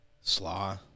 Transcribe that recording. Slaw